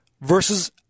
versus